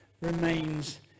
remains